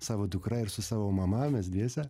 savo dukra ir su savo mama mes dviese